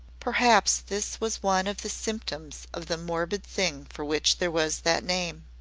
perhaps this was one of the symptoms of the morbid thing for which there was that name.